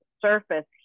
surface